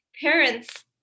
parents